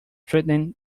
threatening